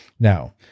Now